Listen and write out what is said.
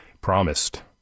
promised